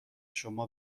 شما